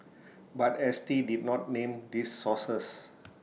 but S T did not name these sources